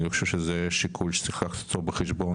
אני לא חושב שזה שיקול שצריך לקחת אותו בחשבון,